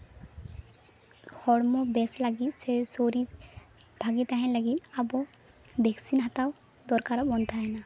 ᱦᱚᱲᱢᱚ ᱵᱮᱥ ᱞᱟᱹᱜᱤᱫ ᱥᱮ ᱥᱚᱨᱤᱨ ᱵᱷᱟᱜᱮ ᱛᱟᱦᱮᱱ ᱞᱟᱹᱜᱤᱫ ᱟᱵᱚ ᱵᱷᱮᱠᱥᱤᱱ ᱦᱟᱛᱟᱣ ᱫᱚᱨᱠᱟᱨᱚᱜ ᱠᱟᱱ ᱛᱟᱦᱮᱱᱟ